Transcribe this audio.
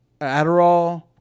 Adderall